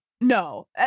No